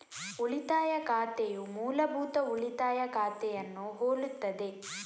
ಉಳಿತಾಯ ಖಾತೆಯು ಮೂಲಭೂತ ಉಳಿತಾಯ ಖಾತೆಯನ್ನು ಹೋಲುತ್ತದೆ